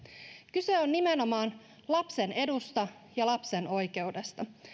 kyse on nimenomaan lapsen edusta ja lapsen oikeudesta